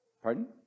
pardon